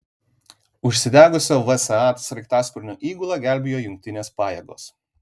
užsidegusio vsat sraigtasparnio įgulą gelbėjo jungtinės pajėgos